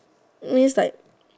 means like